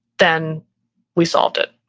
then we solved it.